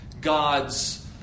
God's